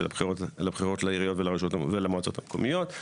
הבחירות לעיריות ולמועצות המקומיות.